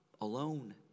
alone